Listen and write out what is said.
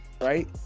Right